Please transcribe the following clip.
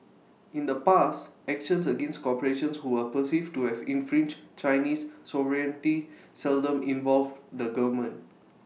in the past actions against corporations who were perceived to have infringed Chinese sovereignty seldom involved the government